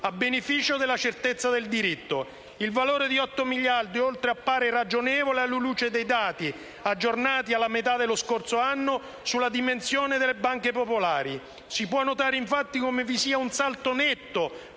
a beneficio della certezza del diritto. Il valore di 8 miliardi, inoltre, appare ragionevole alla luce dei dati, aggiornati alla metà dello scorso anno sulla dimensione delle banche popolari. Si può notare, infatti, come vi sia un salto netto